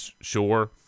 sure